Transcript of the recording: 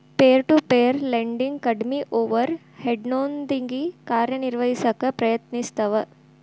peer to peer lending ಕಡ್ಮಿ over ಹೆಡ್ನೊಂದಿಗಿ ಕಾರ್ಯನಿರ್ವಹಿಸಕ ಪ್ರಯತ್ನಿಸ್ತವ